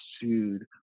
sued